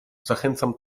zachęcam